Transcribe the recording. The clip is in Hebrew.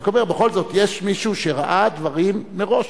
אני רק אומר: בכל זאת יש מישהו שראה דברים מראש.